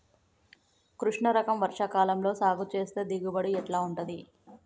కృష్ణ రకం వర్ష కాలం లో సాగు చేస్తే దిగుబడి ఎట్లా ఉంటది?